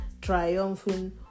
Triumphing